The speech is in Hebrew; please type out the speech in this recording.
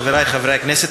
חברי חברי הכנסת,